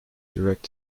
direct